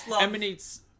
emanates